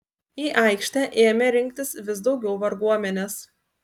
į aikštę ėmė rinktis vis daugiau varguomenės